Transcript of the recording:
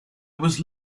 was